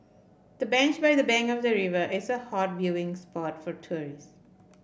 the bench by the bank of the river is a hot viewing spot for tourists